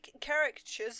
characters